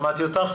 אדוני,